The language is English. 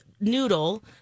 Noodle